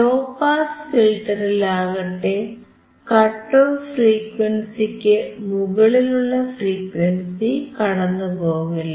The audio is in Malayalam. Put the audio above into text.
ലോ പാസ് ഫിൽറ്ററിലാകട്ടെ കട്ട് ഓഫ് ഫ്രീക്വൻസിക്കു മുകളിലുള്ള ഫ്രീക്വൻസി കടന്നുപോകില്ല